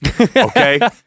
Okay